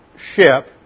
ship